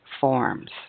forms